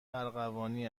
ارغوانی